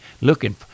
looking